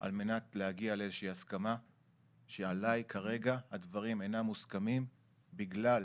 על מנת להגיע לאיזושהי הסכמה שעליי כרגע הדברים אינם מוסכמים בגלל